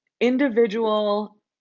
individual